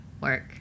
work